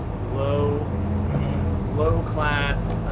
low low class,